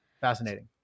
fascinating